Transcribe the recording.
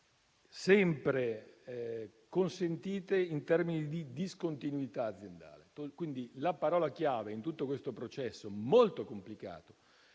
sempre consentite in termini di discontinuità aziendale. La parola chiave, in tutto questo processo molto complicato